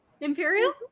Imperial